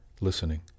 listening